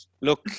Look